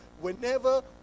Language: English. whenever